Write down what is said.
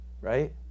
Right